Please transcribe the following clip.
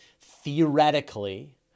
theoretically